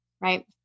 Right